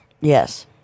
Yes